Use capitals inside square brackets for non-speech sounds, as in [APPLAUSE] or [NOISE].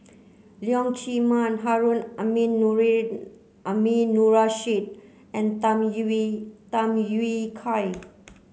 Leong Chee Mun Harun [UNINTELLIGIBLE] Aminurrashid and Tham Yui Tham Yui Kai